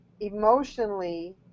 emotionally